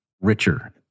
richer